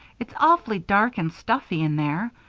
it's awfully dark and stuffy in there.